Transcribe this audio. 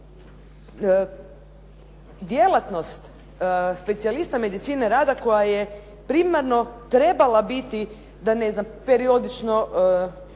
Djelatnost specijaliste medicine rada koja je primarno trebala biti da periodično